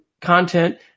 content